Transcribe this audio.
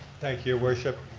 thank you, your worship.